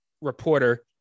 reporter